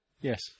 Yes